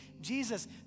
Jesus